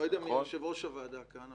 אני לא יודע מי יהיה ראש הוועדה כאן,